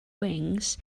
wings